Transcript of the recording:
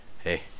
hey